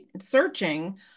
searching